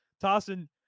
tossing